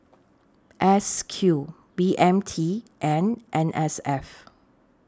S Q B M T and N S F